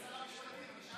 שר המשפטים.